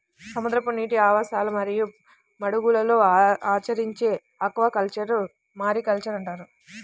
సముద్రపు నీటి ఆవాసాలు మరియు మడుగులలో ఆచరించే ఆక్వాకల్చర్ను మారికల్చర్ అంటారు